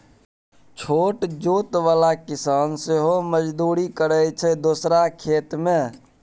छोट जोत बला किसान सेहो मजदुरी करय छै दोसरा खेत मे